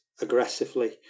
aggressively